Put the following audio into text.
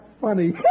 funny